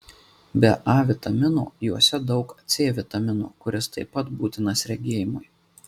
be a vitamino juose daug c vitamino kuris taip pat būtinas regėjimui